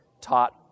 taught